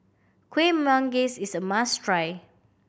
Kuih Manggis is a must try